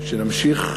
שנמשיך,